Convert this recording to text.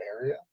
area